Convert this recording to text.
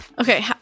Okay